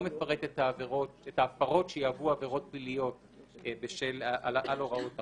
מפרט את ההפרות שיהוו עבירות פליליות על הוראות החוק.